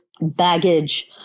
baggage